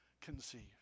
conceived